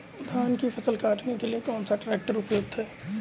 धान की फसल काटने के लिए कौन सा ट्रैक्टर उपयुक्त है?